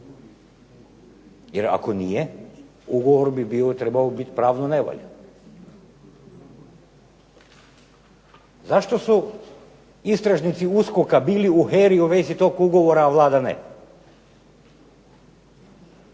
Jer ako nije, ugovor bi trebao biti pravno nevaljan. Zašto su istražnici USKOK-a bili u HERA-i u vezi tih ugovora, a Vlada ne?